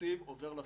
תקציב עובר לסוחר.